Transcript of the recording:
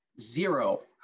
zero